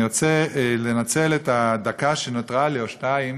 אני רוצה לנצל את הדקה שנותרה לי, או שתיים,